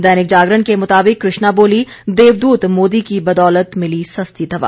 दैनिक जागरण के मुताबिक कृष्णा बोली देवदूत मोदी की बदौलत मिली सस्ती दवा